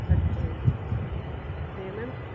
ਅੱਛਾ ਜੀ ਅਤੇ ਮੈਮ